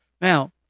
Now